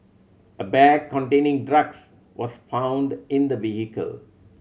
a bag containing drugs was found in the vehicle